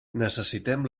necessitem